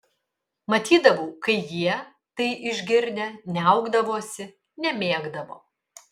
matydavau kai jie tai išgirdę niaukdavosi nemėgdavo